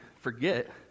forget